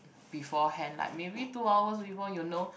beforehand like maybe two hours before you know